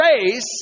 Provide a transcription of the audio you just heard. race